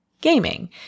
gaming